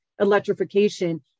electrification